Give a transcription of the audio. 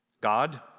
God